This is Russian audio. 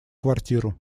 квартиру